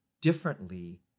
differently